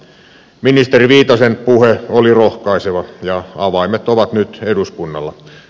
ministeri viitasen puhe oli rohkaiseva ja avaimet ovat nyt eduskunnalla